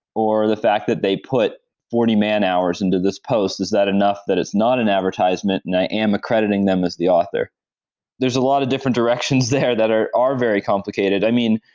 or the fact that they put forty man-hours into this post, is that enough that it's not an advertisement and i am accrediting them as the author there's a lot of the directions there that are are very complicated. i mean,